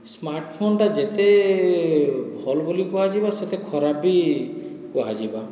ସ୍ମାର୍ଟଫୋନଟା ଯେତେ ଭଲ୍ ବୋଲି କୁହାଯିବ ସେତେ ଖରାପ ବି କୁହାଯିବା